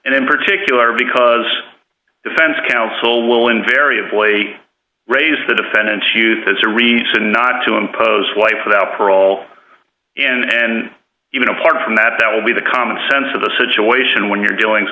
and in particular because defense counsel will invariably raise the defendant's youth as a read to not to impose wife without parole in and even apart from that that will be the common sense of the situation when you're dealing